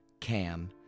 Cam